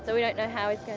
so we don't know how he'll